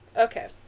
Okay